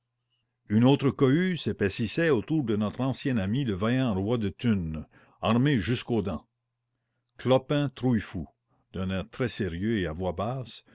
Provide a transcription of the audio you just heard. une autre cohue s'épaississait autour de notre ancien ami le vaillant roi de thunes armé jusqu'aux dents clopin trouillefou d'un air très sérieux et à voix basse